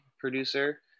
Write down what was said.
producer